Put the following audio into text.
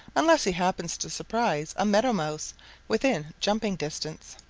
unless he happens to surprise a meadow mouse within jumping distance.